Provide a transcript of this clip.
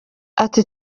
ati